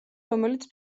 რომელიც